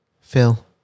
Phil